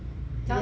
ya sia